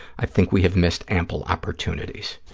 i think we have missed ample opportunities.